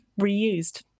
reused